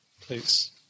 please